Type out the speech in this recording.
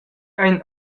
ein